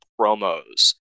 promos